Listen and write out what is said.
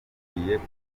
kuvugururwa